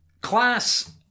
class